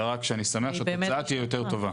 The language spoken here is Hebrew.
אלא רק שאני שמח שהתוצאה תהיה יותר טובה.